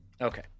Okay